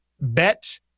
Bet